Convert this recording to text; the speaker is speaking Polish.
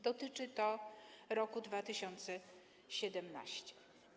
Dotyczy to roku 2017.